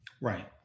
Right